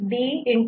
D A'